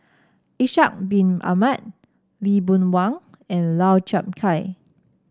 Ishak Bin Ahmad Lee Boon Wang and Lau Chiap Khai